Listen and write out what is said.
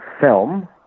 film